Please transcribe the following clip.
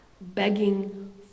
begging